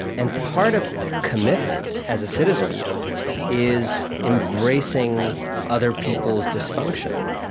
and part of commitment as a citizen is embracing other people's dysfunction,